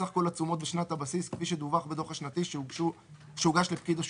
סך כל התשומות בשנת הבסיס כפי שדווח בדוח השנתי שהוגש לפקיד השומה,